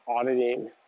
auditing